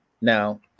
Now